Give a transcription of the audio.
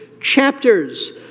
chapters